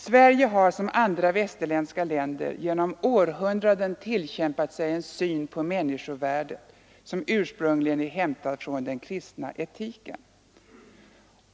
Sverige har som andra västerländska länder genom århundraden tillkämpat sig en syn på människovärdet som ursprungligen är hämtad från den kristna etiken.